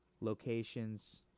locations